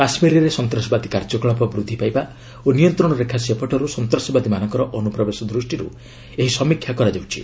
କାଶ୍କୀରରେ ସନ୍ତାସବାଦୀ କାର୍ଯ୍ୟକଳାପ ବୃଦ୍ଧି ପାଇବା ଓ ନିୟନ୍ତ୍ରଣ ରେଖା ସେପଟରୁ ସନ୍ତାସବାଦୀମାନଙ୍କ ଅନୁପ୍ରବେଶ ଦୃଷ୍ଟିରୁ ଏହି ସମୀକ୍ଷା କରାଯାଉଛି